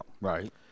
Right